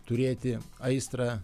turėti aistrą